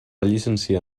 llicenciar